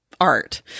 art